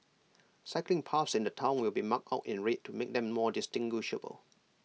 cycling paths in the Town will be marked out in red to make them more distinguishable